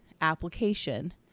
application